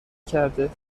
کرده